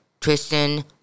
Tristan